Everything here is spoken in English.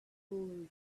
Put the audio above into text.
pull